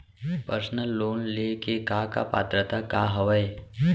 Personal loan ले के का का पात्रता का हवय?